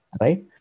Right